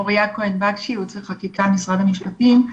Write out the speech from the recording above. מוריה כהן בקשי, יועצת חקיקה למשרד המשפטים.